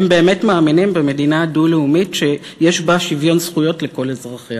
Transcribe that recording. הם באמת מאמינים במדינה דו-לאומית שיש בה שוויון זכויות לכל אזרחיה.